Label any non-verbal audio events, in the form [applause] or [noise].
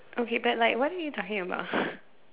okay but like what are you talking about [breath]